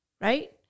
right